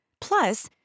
Plus